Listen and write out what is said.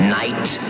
night